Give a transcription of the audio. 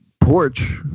porch